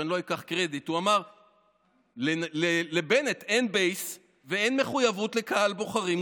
שאני לא אקח קרדיט: לבנט אין בייס ואין מחויבות לקהל בוחרים,